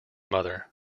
mother